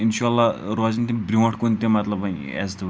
اِنشاہ اللہ روزِنہٕ تِم برٛونٹھ کُن تہِ مطلب وۄنۍ عزتہٕ